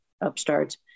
upstarts